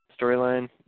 storyline